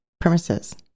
premises